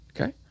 okay